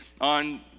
on